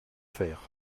faire